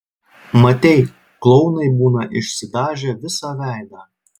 matei klounai būna išsidažę visą veidą